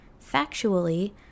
factually